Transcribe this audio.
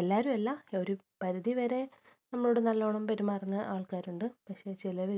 എല്ലാവരും അല്ല ഒരു പരിധിവരെ നമ്മോട് നല്ലോണം പെരുമാറുന്ന ആളുകളുണ്ട് പക്ഷേ ചിലർ